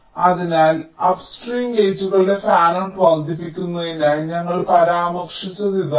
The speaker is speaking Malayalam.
അതിനാൽ അപ്സ്ട്രീം ഗേറ്റുകളുടെ ഫാനൌട്ട് വർദ്ധിപ്പിക്കുന്നതായി ഞങ്ങൾ പരാമർശിച്ചത് ഇതാണ്